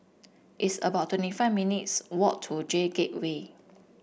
it's about twenty five minutes' walk to J Gateway